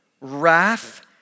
wrath